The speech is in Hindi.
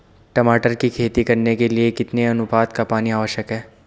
टमाटर की खेती करने के लिए कितने अनुपात का पानी आवश्यक है?